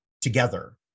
together